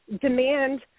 demand